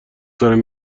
دارم